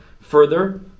further